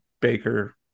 Baker